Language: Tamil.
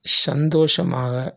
சந்தோஷமாக